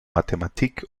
mathematik